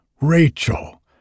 Rachel